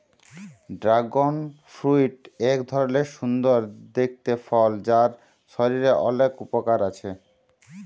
dragon fruit এক ধরলের সুন্দর দেখতে ফল যার শরীরের অলেক উপকার আছে